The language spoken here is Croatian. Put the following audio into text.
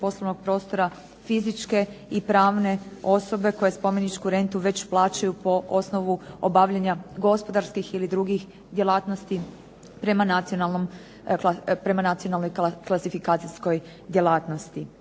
poslovnog prostora, fizičke i pravne osobe koje spomeničku rentu već plaćaju po osnovu obavljanja gospodarskih i drugih djelatnosti prema nacionalnoj klasifikacijskoj djelatnosti.